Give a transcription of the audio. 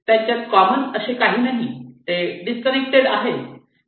त्यांच्यात कॉमन असे काही नाही ते डिशकनेक्शन आहे